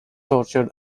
tortured